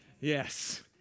Yes